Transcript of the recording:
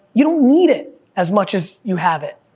you don't need it as much as you have it,